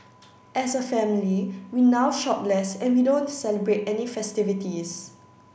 as a family we now shop less and we don't celebrate any festivities